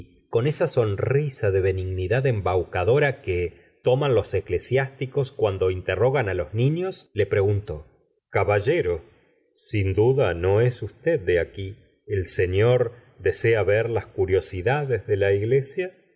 con esa sonrisa de benignidad embaucadora que toman los eclesiásticos cuando interrogan á los niños le preguntó caballero sin duda no es usted de aquí el señor desea ver las curiosidades de la iglesia